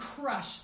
crush